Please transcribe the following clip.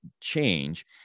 change